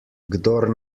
kdor